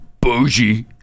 Bougie